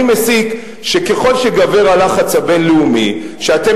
אני מסיק שככל שגבר הלחץ הבין-לאומי שאתם